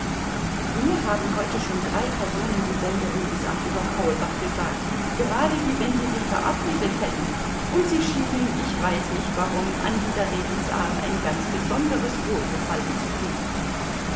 mir haben heute schon drei personen dieselbe redensart über kaulbach gesagt gerade wie wenn sie sich verabredet hätten und sie schienen ich weiß nicht warum an dieser redensart ein ganz besonderes wohlgefallen zu finden